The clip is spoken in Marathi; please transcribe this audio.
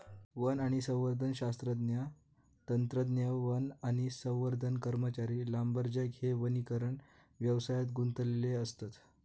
वन आणि संवर्धन शास्त्रज्ञ, तंत्रज्ञ, वन आणि संवर्धन कर्मचारी, लांबरजॅक हे वनीकरण व्यवसायात गुंतलेले असत